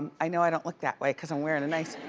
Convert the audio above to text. i know i don't look that way cause i'm wearing a nice